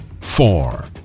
four